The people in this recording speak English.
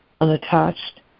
unattached